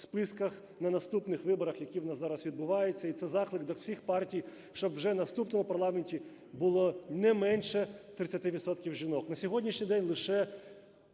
на наступних виборах, які в нас зараз відбуваються. І це заклик для всіх партій, щоб вже в наступному парламенті було не менше 30 відсотків